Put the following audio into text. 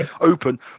open